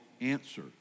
answer